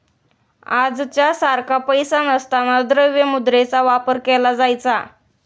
आजच्या सारखा पैसा नसताना द्रव्य मुद्रेचा वापर केला जायचा